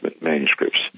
manuscripts